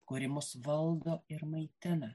kuri mus valdo ir maitina